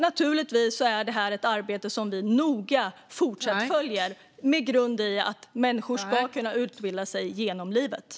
Naturligtvis är det här ett arbete som vi noga fortsätter att följa med grund i att människor ska kunna utbilda sig livet igenom.